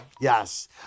Yes